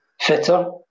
fitter